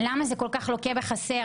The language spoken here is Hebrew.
למה זה כל כך לוקה בחסר?